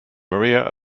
maria